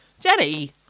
Jenny